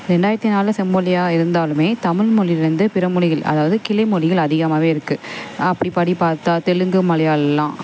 ரெண்டாயிரத்து நாலில் செம்மொழியா இருந்தாலுமே தமிழ் மொழிலேருந்து பிற மொழிகள் அதாவது கிளை மொழிள் அதிகமாகவே இருக்குது அப்படி படி பார்த்தா தெலுங்கு மலையாளம்